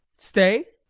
stay?